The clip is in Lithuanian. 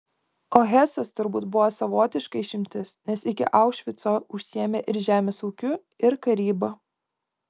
o hesas turbūt buvo savotiška išimtis nes iki aušvico užsiėmė ir žemės ūkiu ir karyba